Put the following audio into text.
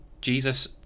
Jesus